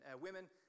Women